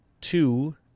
two